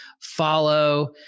follow